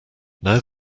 now